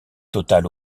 totale